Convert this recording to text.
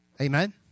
Amen